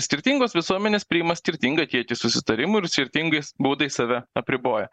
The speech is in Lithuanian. skirtingos visuomenės priima skirtingą kiekį susitarimų ir skirtingais būdais save apriboja